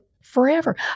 forever